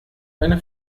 eine